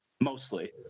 mostly